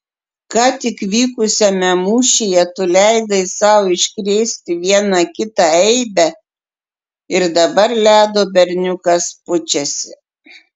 ką tik vykusiame mūšyje tu leidai sau iškrėsti vieną kitą eibę ir dabar ledo berniukas pučiasi